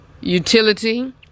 utility